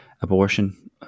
abortion